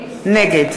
נגד